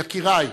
יקירי,